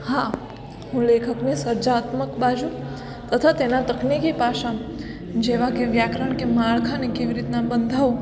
હા હું લેખકને સર્જનાત્મક બાજુ તથા તેના તકનીકી પાસાને જેવા કે વ્યાકરણ કે માળખાને કેવી રીતના બાંધવું